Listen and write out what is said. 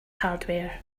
hardware